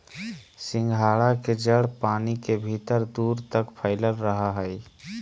सिंघाड़ा के जड़ पानी के भीतर दूर तक फैलल रहा हइ